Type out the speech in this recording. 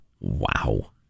Wow